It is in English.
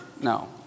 No